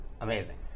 amazing